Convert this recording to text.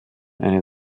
eine